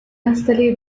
installé